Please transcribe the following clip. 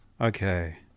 Okay